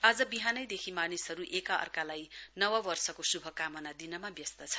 आज बिहानैदेखि मानिसहरू एका अर्कालाई नव वर्षको शुभकामना दिनमा व्यस्त छन्